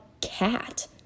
cat